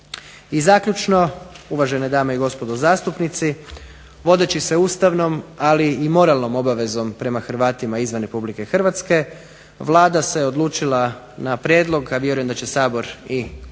I zaključno, uvažene dame i gospodo zastupnici, vodeći se ustavnom, ali i moralnom obavezom prema Hrvatima izvan RH Vlada se odlučila na prijedlog, a vjerujem da će Sabor i taj